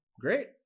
great